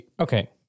Okay